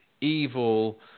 evil